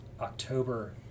October